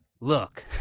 look